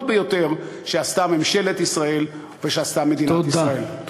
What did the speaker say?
ביותר שעשתה ממשלת ישראל ועשתה מדינת ישראל.